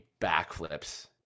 backflips